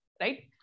right